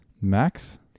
Max